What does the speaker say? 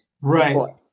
right